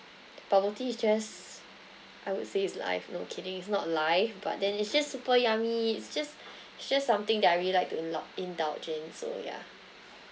bubble tea is just I would say it's life no kidding it's not life but then it's just super yummy it's just it's just something that I really like to unlock indulge in so yeah